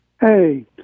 hey